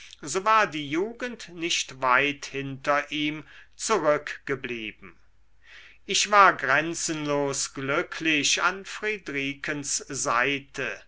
so war die jugend nicht weit hinter ihm zurückgeblieben ich war grenzenlos glücklich an friedrikens seite